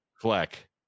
Fleck